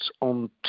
on